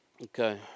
Okay